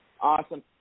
Awesome